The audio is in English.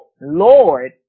Lord